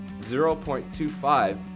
0.25